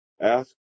Ask